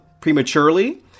prematurely